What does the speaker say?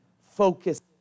focus